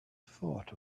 thought